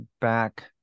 back